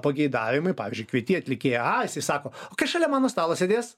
pageidavimai pavyzdžiui kvieti atlikėją a jisai sako kas šalia mano stalo sėdės